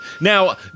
Now